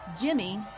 Jimmy